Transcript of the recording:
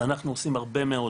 אז אנחנו עושים הרבה מאוד,